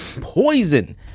poison